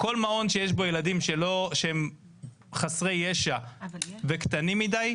כל מעון שיש בו ילדים שהם חסרי ישע וקטנים מדי,